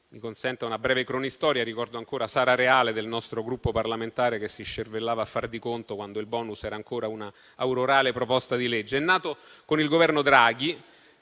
Presidente, una breve cronistoria. Ricordo ancora Sara Reale del nostro Gruppo parlamentare che si scervellava a far di conto quando il *bonus* era ancora una aurorale proposta di legge. Tale *bonus* è nato con il Governo Draghi,